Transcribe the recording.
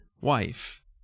wife